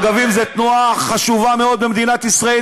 "רגבים" זה תנועה חשובה מאוד במדינת ישראל,